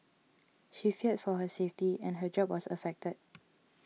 she feared for her safety and her job was affected